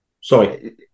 Sorry